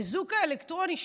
האיזוק האלקטרוני,